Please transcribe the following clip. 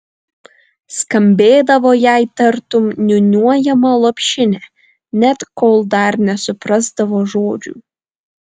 skambėdavo jai tartum niūniuojama lopšinė net kol dar nesuprasdavo žodžių